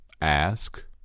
Ask